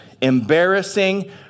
embarrassing